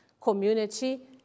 community